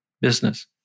business